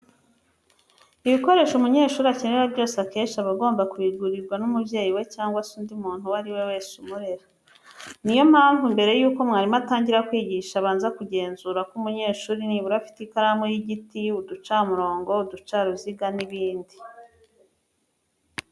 Ibikoresho umunyeshuri akenera byose akenshi aba agomba kubigurirwa n'umubyeyi we cyangwa se undi muntu uwo ari we wese umurera. Ni yo mpamvu mbere yuko mwarimu atangira kwigisha abanza akagenzura ko umunyeshuri nibura afite ikaramu y'igiti, uducamurongo, uducaruziga n'ibindi.